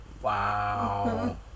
Wow